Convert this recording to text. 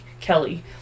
Kelly